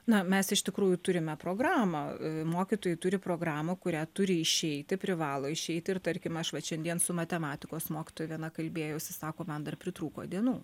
na mes iš tikrųjų turime programą mokytojai turi programą kurią turi išeiti privalo išeiti ir tarkim aš vat šiandien su matematikos mokytoju viena kalbėjausi sako man dar pritrūko dienų